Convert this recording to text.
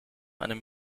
einem